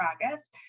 progress